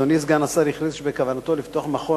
אדוני סגן השר הכריז שבכוונתו לפתוח מכון